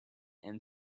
and